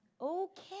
Okay